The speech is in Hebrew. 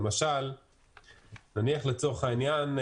לצורך העניין,